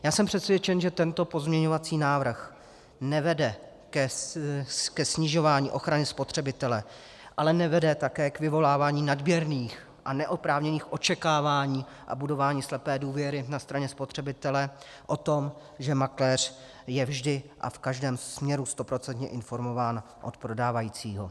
Já jsem přesvědčen, že tento pozměňovací návrh nevede ke snižování ochrany spotřebitele, ale nevede také k vyvolávání nadměrných a neoprávněných očekávání a budování slepé důvěry na straně spotřebitele o tom, že makléř je vždy a v každém směru stoprocentně informován od prodávajícího.